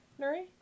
Nuri